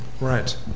Right